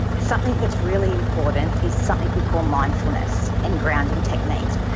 something that's really important is something we call mindfulness and grounding techniques.